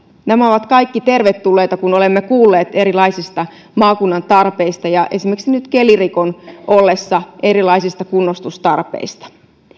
nämä ovat kaikki tervetulleita kun olemme kuulleet erilaisista maakunnan tarpeista ja esimerkiksi nyt kelirikon ollessa erilaisista kunnostustarpeista